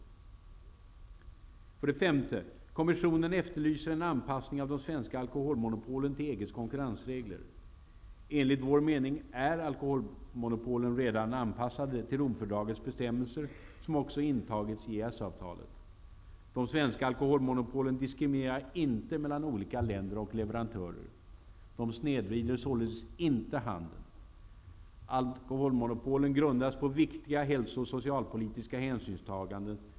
För det femte: Kommissionen efterlyser en anpassning av de svenska alkoholmonopolen till EG:s konkurrensregler. Enligt vår mening är alkoholmonopolen redan anpassade till Romfördragets bestämmelser, som också intagits i EES-avtalet. De svenska alkoholmonopolen diskriminerar inte mellan olika länder och leverantörer. De snedvrider således inte handeln. Alkoholmonopolen grundas på viktiga hälso och socialpolitiska hänsynstaganden.